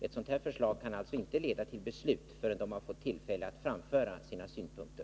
Ett sådant här förslag kan alltså inte leda till beslut förrän kulturarbetarna fått tillfälle att framföra sina synpunkter.